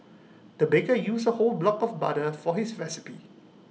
the baker used A whole block of butter for his recipe